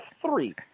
three